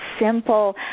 simple